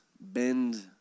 bend